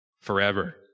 forever